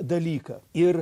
dalyką ir